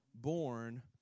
born